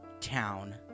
town